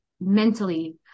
mentally